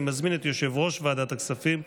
אני מזמין את יושב-ראש ועדת הכספים,